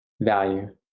value